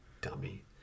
dummy